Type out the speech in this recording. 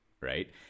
right